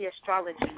Astrology